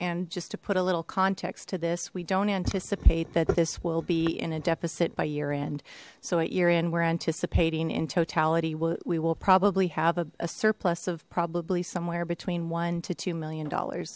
and just to put a little context to this we don't anticipate that this will be in a deficit by year end so a year in we're anticipating in totality we will probably have a surplus of probably somewhere between one to two million dollars